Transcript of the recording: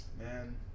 man